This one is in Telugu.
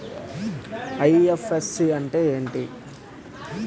ఐ.ఎఫ్.ఎస్.సి అంటే ఏమిటి?